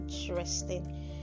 interesting